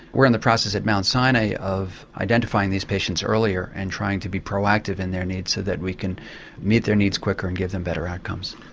we're in the process at mount sinai of identifying these patients earlier and trying to be proactive in their needs so that we can meet their needs quicker and give them better outcomes.